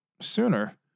sooner